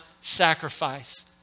sacrifice